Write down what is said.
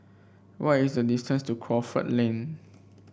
what is the distance to Crawford Lane